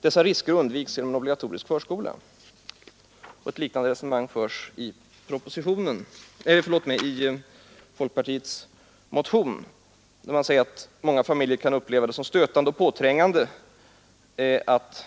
Dessa risker undviks genom en obligatorisk förskola.” Ett liknande resonemang för man i folkpartiets motion, där det sägs att många familjer kan uppleva det som stötande och påträngande att